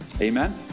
Amen